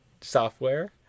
software